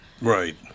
Right